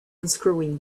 unscrewing